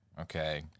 okay